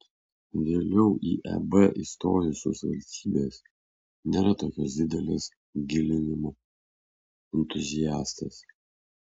vėliau į eb įstojusios valstybės nėra tokios didelės gilinimo entuziastės